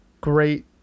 great